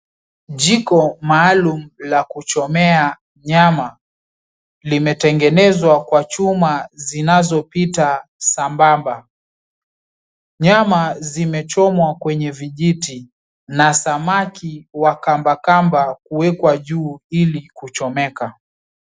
Jiko maalumu la kuchomea nyama limetengenezwa kwa chuma zinazopita sambamba. Nyama zimechomwa kwenye vijiti na samaki wa kambakamba kuwekwa juu ili kuchomeka.